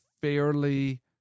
fairly